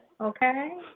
okay